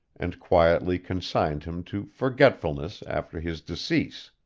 and quietly consigned him to forgetfulness after his decease.